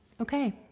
Okay